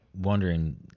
wondering